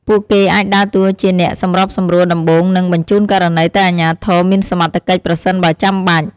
ពួកគេអាចដើរតួជាអ្នកសម្របសម្រួលដំបូង និងបញ្ជូនករណីទៅអាជ្ញាធរមានសមត្ថកិច្ចប្រសិនបើចាំបាច់។